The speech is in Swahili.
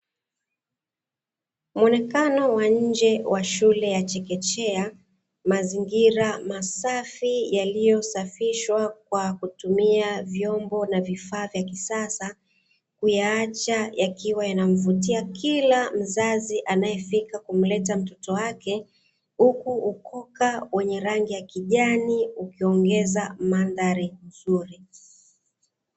Muonekano wa nje wa shule ya chekechea mazingira masafi yaliyosafishwa kwa kutumia vyombo na vifaa vya kisasa kuyaacha yakiwa yanamvutia kila mzazi anaefika kumleta mtoto wake huku ukoka wenye rangi ya kijani ukiongeza mandhari nzuri.